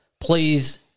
please